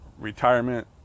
retirement